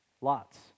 lots